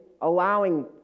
allowing